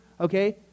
okay